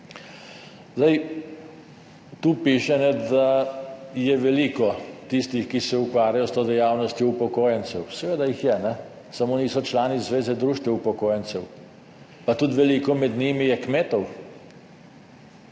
Tu piše, da je veliko teh, ki se ukvarjajo s to dejavnostjo, upokojencev. Seveda jih je, samo niso člani Zveze društev upokojencev, pa tudi veliko izmed njih je kmetov,